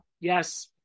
yes